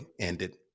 ended